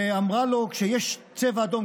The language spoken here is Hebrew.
והיא אמרה לו: כשיש צבע אדום,